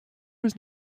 was